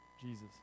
Jesus